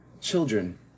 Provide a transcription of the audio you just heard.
children